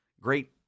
great